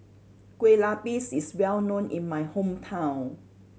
Kueh Lupis is well known in my hometown